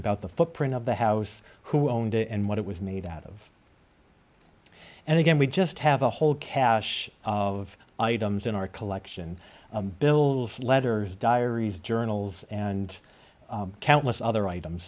about the footprint of the house who owned it and what it was made out of and again we just have a whole cache of items in our collection bills letters diaries journals and countless other items